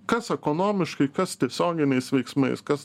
kas ekonomiškai kas tiesioginiais veiksmais kas